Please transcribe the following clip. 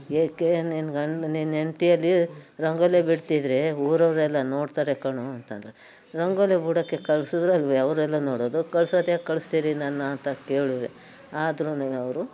ಏಕೆ ನಿನ್ನ ಗಂಡ ನಿನ್ನ ಹೆಂಡ್ತಿ ಅಲ್ಲಿ ರಂಗೋಲಿ ಬಿಡಿಸಿದ್ರೆ ಊರವರೆಲ್ಲ ನೋಡ್ತಾರೆ ಕಣೋ ಅಂತ ಅಂದ್ರು ರಂಗೋಲಿ ಬಿಡೋಕೆ ಕಳ್ಸಿದ್ರೆ ಅಲ್ವೇ ಅವರೆಲ್ಲ ನೋಡೋದು ಕಳ್ಸೊತ್ತಿಗೆ ಕಳಿಸ್ತೀರಿ ನನ್ನ ಅಂತ ಕೇಳುವೆ ಆದ್ರೂನು ಅವರು